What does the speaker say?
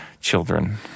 children